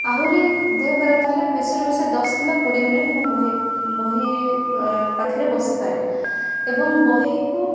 ଆହୁରି ଦେହ ଖରାପ ଥିଲେ ବେଶୀ ରୁ ବେଶୀ ଦଶ କିମ୍ବା କୋଡ଼ିଏ ମିନିଟ୍ ମୁଁ ବହି ବହି ପାଖରେ ବସିପାରେ ଏବଂ ବହିକୁ